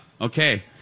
Okay